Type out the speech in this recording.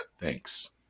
thanks